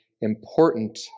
important